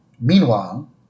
Meanwhile